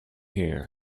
here